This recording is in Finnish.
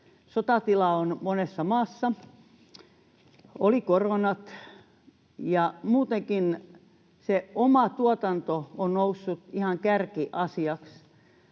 sotatila on monessa maassa, oli korona, ja muutenkin se oma tuotanto on noussut ihan kärkiasiaksi.